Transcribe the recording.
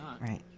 Right